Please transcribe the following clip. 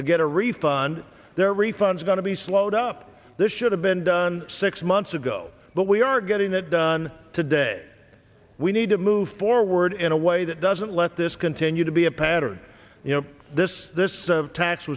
to get a refund their refund going to be slowed up this should have been done six months ago but we are getting it done today we need to move forward in a way that doesn't let this continue to be a pattern you know this this tax